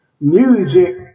Music